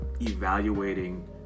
evaluating